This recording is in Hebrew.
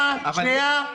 --- שנייה.